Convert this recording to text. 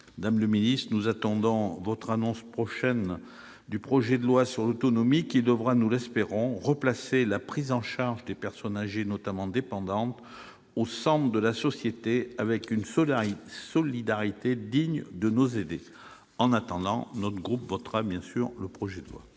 Madame la secrétaire d'État, nous attendons votre annonce prochaine du projet de loi sur l'autonomie, qui devra, nous l'espérons, replacer la prise en charge des personnes âgées, notamment dépendantes, au centre de la société, avec une solidarité digne de nos aînés. En attendant, notre groupe votera bien sûr la proposition de loi.